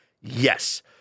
Yes